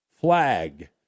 flag